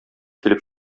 килеп